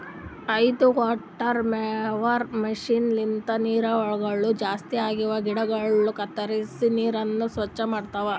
ಇದು water mower machine ಲಿಂತ ನೀರವಳಗ್ ಜಾಸ್ತಿ ಆಗಿವ ಗಿಡಗೊಳ ಕತ್ತುರಿಸಿ ನೀರನ್ನ ಸ್ವಚ್ಚ ಮಾಡ್ತುದ